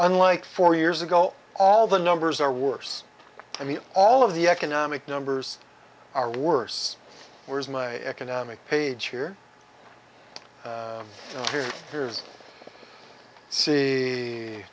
unlike four years ago all the numbers are worse i mean all of the economic numbers are worse whereas my economic page here